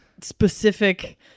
specific –